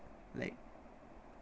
like